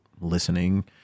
listening